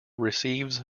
receives